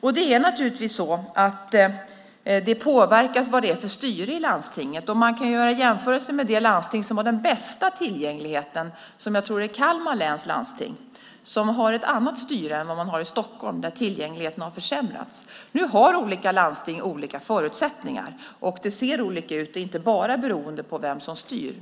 Vad det är för styre i landstinget påverkar naturligtvis. Man kan göra en jämförelse med det landsting som har den bästa tillgängligheten, som jag tror är Kalmar läns landsting. De har ett annat styre än man har i Stockholm, där tillgängligheten har försämrats. Nu har olika landsting olika förutsättningar, och det ser olika ut, inte bara beroende på vem som styr.